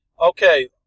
Okay